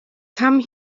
come